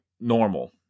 normal